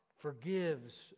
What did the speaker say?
Forgives